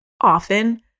often